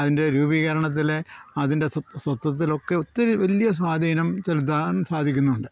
അതിൻ്റെ രൂപീകരണത്തിൽ അതിൻ്റെ സ്വത്വം സ്വത്ത്വത്തിലൊക്കെ ഒത്തിരി വലിയ സ്വാധീനം ചെലുത്താൻ സാധിക്കുന്നുണ്ട്